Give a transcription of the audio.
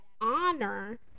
honor